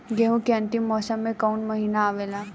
गेहूँ के अंतिम मौसम में कऊन महिना आवेला?